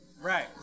Right